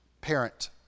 parent